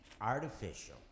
Artificial